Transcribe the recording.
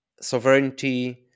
sovereignty